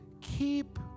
keep